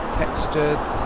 textured